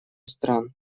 стран